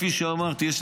כפי שאמרתי,